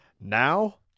now